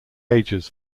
ages